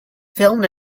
filmed